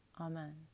Amen